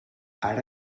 ara